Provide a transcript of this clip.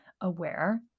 aware